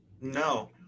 No